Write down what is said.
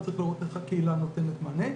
וצריך לראות איך הקהילה נותנת מענה.